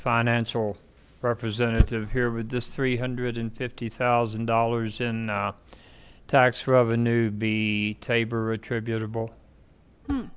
financial representative here with this three hundred and fifty thousand dollars in tax revenue be tabor attributable